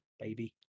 Baby